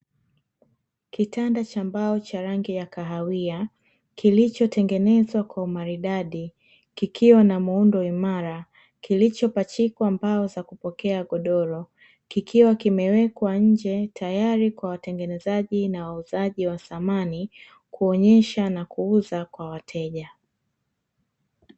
Kitanda cha mbao cha rangi ya kahawia, kilichotengenezwa kwa umaridadi kikiwa na muundo imara, kilichopachikwa mbao za kupokea godoro, kikiwa kimewekwa nje tayari kwa watengenezaji na wauzaji wa samani kuonyesha na kuuza kwa wateja.